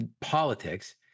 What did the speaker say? politics